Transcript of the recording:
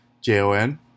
J-O-N